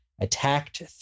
attacked